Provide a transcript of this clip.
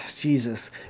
Jesus